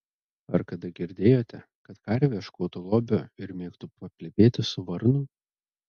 ar kada girdėjote kad karvė ieškotų lobio ir mėgtų paplepėti su varnu